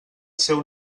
seu